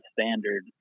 standard